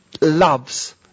loves